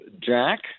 Jack